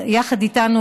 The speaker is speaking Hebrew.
יחד איתנו,